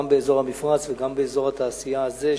גם באזור המפרץ וגם באזור התעשייה הזה,